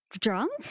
drunk